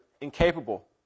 incapable